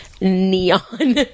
neon